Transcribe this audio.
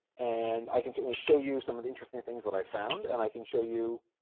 and i can certainly show you some of the interesting things that i found and i can show you